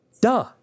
Duh